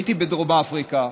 הייתי בדרום אפריקה